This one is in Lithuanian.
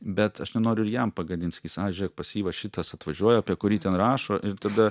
bet aš nenoriu ir jam pagadint sakys a žiūrėk pas jį va šitas atvažiuoja apie kurį ten rašo ir tada